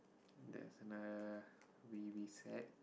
there's another re~ reset